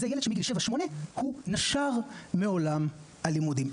זה ילד שמגיל שבע-שמונה הוא נשר מעולם הלימודים,